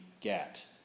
get